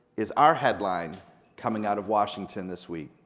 is our headline coming out of washington this week.